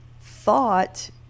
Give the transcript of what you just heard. thought